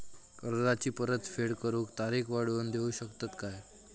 कर्जाची परत फेड करूक तारीख वाढवून देऊ शकतत काय?